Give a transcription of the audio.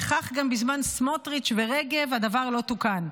וגם בזמן סמוטריץ' ורגב הדבר לא תוקן.